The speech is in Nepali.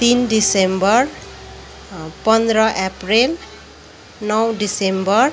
तिन दिसम्बर पन्ध्र अप्रेल नौ दिसम्बर